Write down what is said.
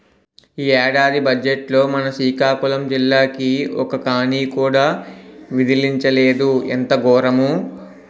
ఈ ఏడాది బజ్జెట్లో మన సికాకులం జిల్లాకి ఒక్క కానీ కూడా విదిలించలేదు ఎంత గోరము